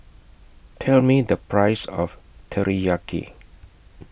Tell Me The Price of Teriyaki